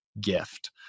gift